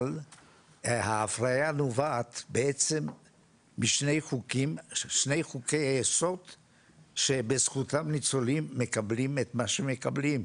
האפליה נובעת משני חוקי יסוד שבזכותם ניצולים מקבלים את מה שהם מקבלים.